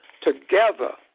Together